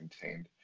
contained